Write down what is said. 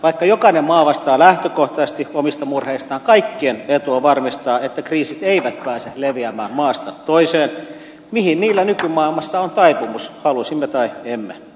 vaikka jokainen maa vastaa lähtökohtaisesti omista murheistaan kaikkien etu on varmistaa että kriisit eivät pääse leviämään maasta toiseen mihin niillä nykymaailmassa on taipumus halusimme tai emme